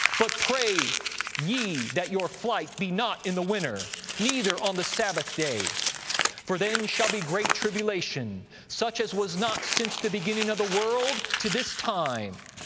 but pray ye that your flight be not in the winter, neither on the sabbath day for then shall be great tribulation, such as was not since the beginning of the world to this time,